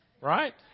Right